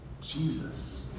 Jesus